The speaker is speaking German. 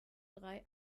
drei